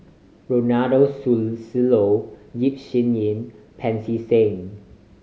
Ronald Susilo Yap Sin Yin and Pancy Seng